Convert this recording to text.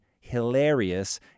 hilarious